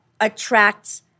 attracts